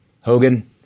Hogan